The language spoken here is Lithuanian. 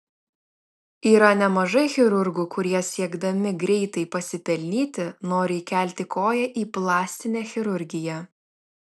yra nemažai chirurgų kurie siekdami greitai pasipelnyti nori įkelti koją į plastinę chirurgiją